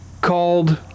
called